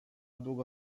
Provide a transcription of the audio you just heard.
długo